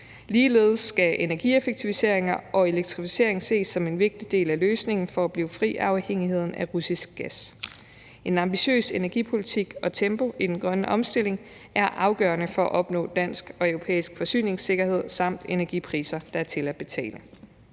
Ligeledes skal energieffektiviseringer og elektrificering ses som en vigtig del af løsningen for at blive fri af afhængigheden af russisk gas. En ambitiøs energipolitik og tempo i den grønne omstilling er afgørende for at opnå dansk og europæisk forsyningssikkerhed og energipriser, der er til at betale.«